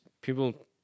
people